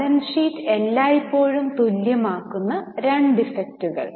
balance sheet എല്ലായ്പ്പോഴും തുല്യമാക്കുന്ന രണ്ട് ഇഫക്റ്റുകൾ